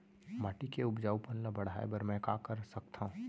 माटी के उपजाऊपन ल बढ़ाय बर मैं का कर सकथव?